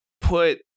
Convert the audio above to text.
put